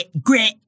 grit